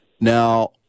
Now